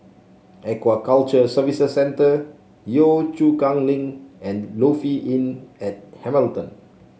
Aquaculture Services Centre Yio Chu Kang Link and Lofi Inn at Hamilton